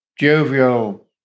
jovial